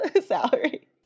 salary